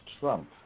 Trump